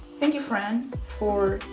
thank you fran, for